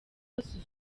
yose